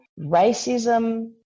racism